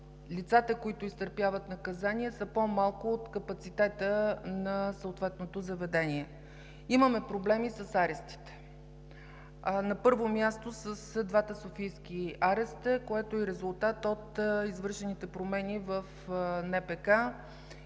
лицата, които изтърпяват наказания, са по-малко от капацитета на съответното заведение. Имаме проблеми с арестите. На първо място, с двата софийски ареста, резултат от извършените промени в НПК